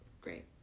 Great